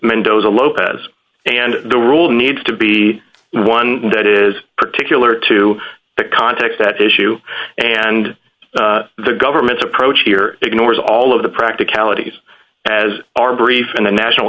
mendoza lopez and the rule needs to be one that is particular to the context at issue and the government's approach here ignores all of the practicalities as our brief in the national